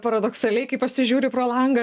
paradoksaliai kai pasižiūri pro langą